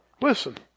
Listen